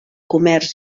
comerç